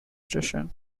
station